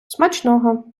смачного